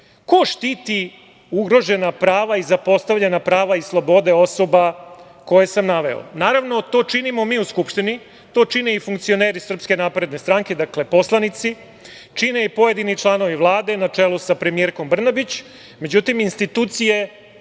ko štiti ugrožena prava i zapostavljena prava i slobode osoba koje sam naveo? Naravno, to činimo mi u Skupštini, to čine i funkcioneri SNS, dakle, poslanici, čine i pojedini članovi Vlade, na čelu sa premijerkom Brnabić. Međutim, institucije